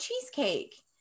cheesecake